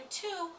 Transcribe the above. two